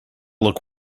look